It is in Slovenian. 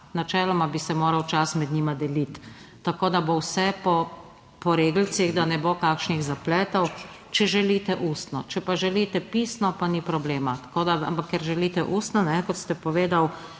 Načeloma bi se moral čas med njima deliti. Tako da bo vse po regelcih, da ne bo kakšnih zapletov. Če želite ustno. Če želite pisno, pa ni problema. Ampak ker želite ustno, kot ste povedali,